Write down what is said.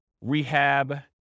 rehab